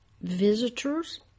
Visitors